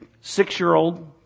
six-year-old